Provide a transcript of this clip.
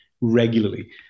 regularly